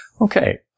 Okay